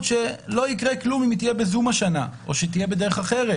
שלא יקרה כלום אם היא תהיה בזום השנה או שהיא תהיה בדרך אחרת,